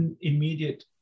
immediate